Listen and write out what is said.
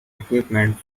equipment